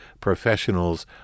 professionals